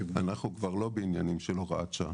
אנחנו כבר לא בעניינים של הוראת שעה.